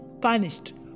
punished